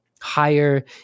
higher